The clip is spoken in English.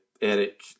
Eric